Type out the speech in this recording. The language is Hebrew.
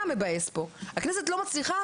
הכנסת לא מצליחה,